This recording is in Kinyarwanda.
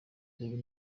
reba